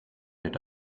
wird